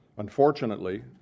Unfortunately